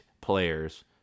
players